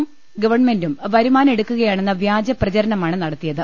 ഉം ഗവൺമെന്റും വരുമാനം എടുക്കുക യാണെന്ന വ്യാജ പ്രചരണമാണ് നടത്തിയത്